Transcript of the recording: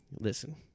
listen